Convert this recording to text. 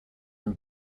and